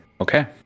Okay